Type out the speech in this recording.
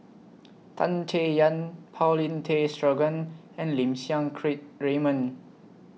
Tan Chay Yan Paulin Tay Straughan and Lim Siang Keat Raymond